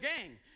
gang